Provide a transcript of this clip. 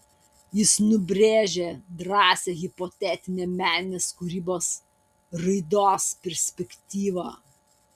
jis nubrėžė drąsią hipotetinę meninės kūrybos raidos perspektyvą